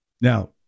Now